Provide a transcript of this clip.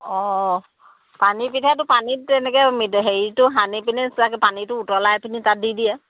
অ' পানীপিঠাটো পানীত তেনেকৈ ম হেৰিটো সানি পেনি পানীটো উতলাই পেনি তাত দি দিয়ে